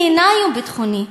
היא אינה איום ביטחוני,